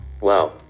Wow